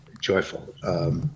joyful